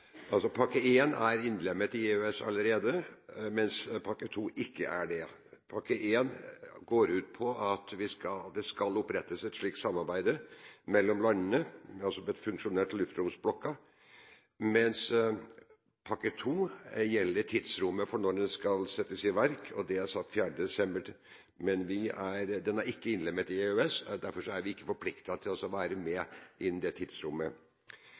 Pakke I er innlemmet i EØS-avtalen allerede, mens pakke II ikke er det. Pakke I går ut på at det skal opprettes et slikt samarbeid mellom landene, altså funksjonelle luftromsblokker, mens pakke II gjelder tidsrommet for når den skal settes i verk. Det er satt til 4. desember. Men den er ikke innlemmet i EØS-avtalen. Dermed er vi ikke forpliktet til å være med innen det tidsrommet.